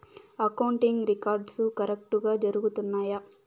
accounting records కరెక్టుగా జరుగుతున్నాయా